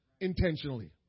intentionally